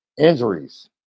injuries